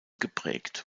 geprägt